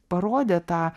parodė tą